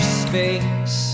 space